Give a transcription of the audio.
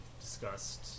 discussed